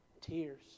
tears